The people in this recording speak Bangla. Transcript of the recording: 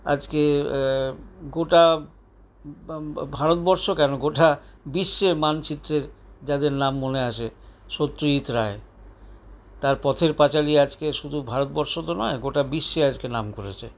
আজকে গোটা ভারতবর্ষ কেন গোটা বিশ্বের মানচিত্রে যাদের নাম মনে আছে সত্যজিৎ রায় তার পথের পাঁচালী আজকে শুধু ভারতবর্ষ তো নয় গোটা বিশ্বে আজকে নাম করেছে